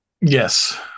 Yes